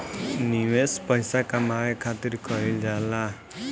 निवेश पइसा कमाए खातिर कइल जाला